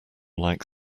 like